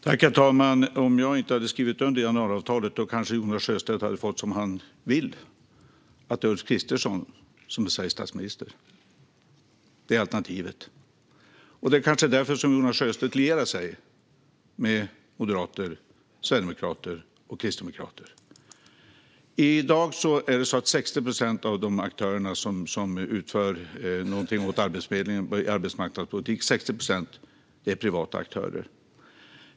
Herr talman! Om jag inte hade skrivit under januariavtalet kanske Jonas Sjöstedt hade fått som han vill, Ulf Kristersson som Sveriges statsminister. Det är alternativet. Det är kanske därför Jonas Sjöstedt lierar sig med moderater, sverigedemokrater och kristdemokrater. I dag är 60 procent av de aktörer som utför något åt Arbetsförmedlingen inom arbetsmarknadspolitik privata aktörer.